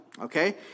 Okay